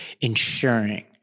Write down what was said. ensuring